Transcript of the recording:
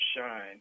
shine